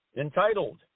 entitled